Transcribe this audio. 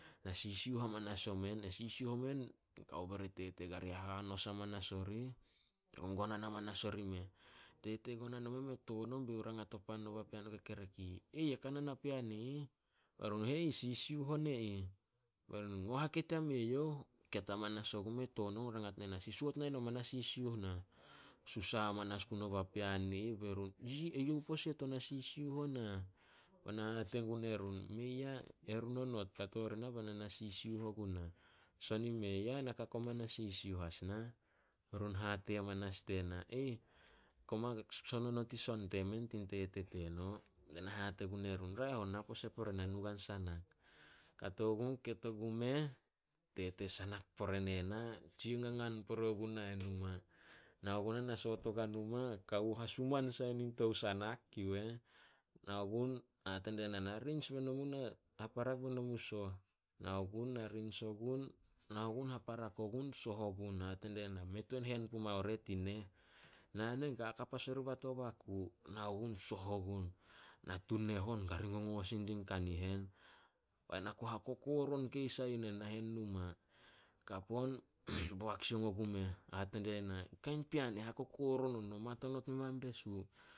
Na sisiuh amanas omen. Na sisiuh omen. Kawo bere tete kari hahanos amanas orih, gonan hamanas orimeh. Tete gonan meh me toon on be rangat o pan no papean o kekerek i ih, "Ya kao na napean i ih." Bai run, "E ih sisiuh on e ih." Bai run, "Ngo haket yame youh." Ket amanas ogumeh toon ogun be youh rangat ne na, "Sih suot nai no mana sisiuh nah?" Susa hamanas gun o papean i ih be run, "Eyouh pose tou na sisiuh o nah." Be na hate gun erun, "Mei ah, erun onot kato rinah bai na na sisiuh ogunah. Son i mei ah, na ka koma na sisiuh as nah." Be run hate amanas die na, "Koma son o not in son temen tin tete teno." Be na hate gun erun, "Raeh on ena pose pore na nu guai sanak." Kato gun ket ogumeh, tete sanak pore ne na. Tsia ngangan pore oguna eh numa. Nao gunah na soot oguai numa, kawo hasuman sai nin tou sanak yu eh. Nao gun, hate die na, "Na rins be no mu na haparak be no mu soh." Nao gun na rins ogun, haparak ogun soh ogun. Hate die na, "Mei tuan hen pumao re tin neh." Na nen, ka kap as oriba to baku. Nao gun soh ogun. Natu neh on kari ngongo sin din kanihen. Bai na ku hakokoron keis a yu nen nahen numa. Kap on, boak soung ogumeh. Hate die na, "Kain pean e hakokoron on. No mat onot memain besu."